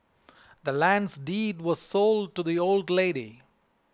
the land's deed was sold to the old lady